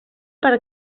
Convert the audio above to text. per